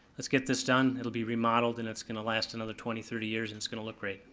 let's get this done, it'll be remodeled, and it's gonna last another twenty, thirty years, and it's gonna look great.